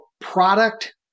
product